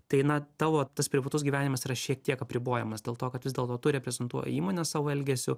tai na tavo tas privatus gyvenimas yra šiek tiek apribojamas dėl to kad vis dėlto tu reprezentuoji įmonę savo elgesiu